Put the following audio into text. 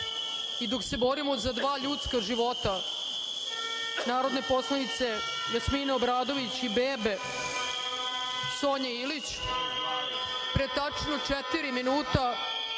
i dok se borimo za dva ljudska života narodne poslanice Jasmine Obradović i bebe Sonje Ilić, pre tačno 4 minuta